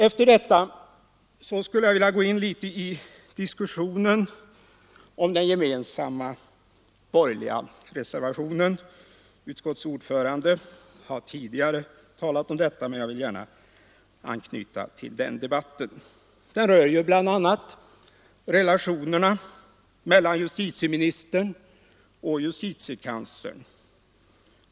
Efter detta skulle jag vilja gå in litet i diskussionen om den gemensamma borgerliga reservationen. Utskottets ordförande har tidigare talat om den, man jag vill gärna anknyta till debatten. Den rör bl.a. relationerna mellan justitieministern och justitiekanslern.